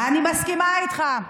אני מסכימה איתך.